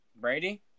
Brady